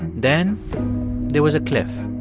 then there was a cliff.